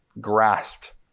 grasped